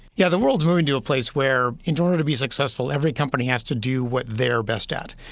yeah, the world's moving to a place where in order to be successful, every company has to do what they are best at.